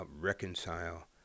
reconcile